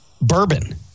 bourbon